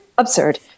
Absurd